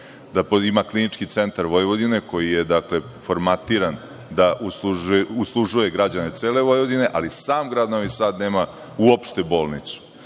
Ima Klinički centar Vojvodine koji je formatiran da uslužuje građane cele Vojvodine, ali sam grad Novi Sad nema uopšte bolnicu. Dakle,